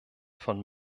von